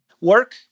Work